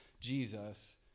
Jesus